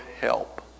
help